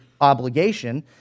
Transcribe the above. obligation